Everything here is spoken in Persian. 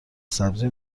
سبزی